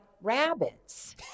rabbits